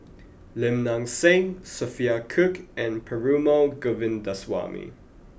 Lim Nang Seng Sophia Cooke and Perumal Govindaswamy